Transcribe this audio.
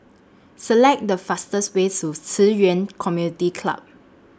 Select The fastest Way to Ci Yuan Community Club